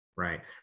Right